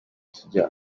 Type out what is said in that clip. tujya